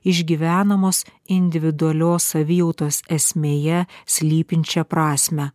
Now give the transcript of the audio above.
išgyvenamos individualios savijautos esmėje slypinčią prasmę